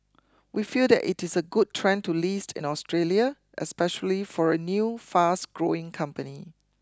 we feel that it is a good trend to list in Australia especially for a new fast growing company